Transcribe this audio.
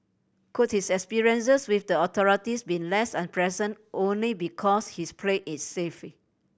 could his experiences with the authorities be less unpleasant only because he's played it safe